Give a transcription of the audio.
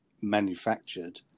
manufactured